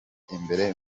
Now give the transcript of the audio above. imbere